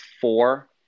four